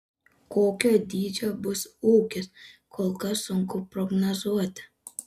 kokio dydžio bus ūkis kol kas sunku prognozuoti